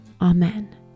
Amen